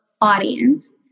audience